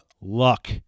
luck